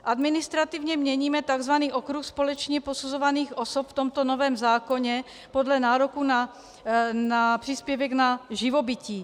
Administrativně měníme tzv. okruh společně posuzovaných osob v tomto novém zákoně podle nároku na příspěvek na živobytí.